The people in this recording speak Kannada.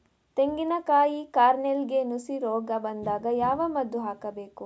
ತೆಂಗಿನ ಕಾಯಿ ಕಾರ್ನೆಲ್ಗೆ ನುಸಿ ರೋಗ ಬಂದಾಗ ಯಾವ ಮದ್ದು ಹಾಕಬೇಕು?